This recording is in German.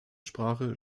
sprache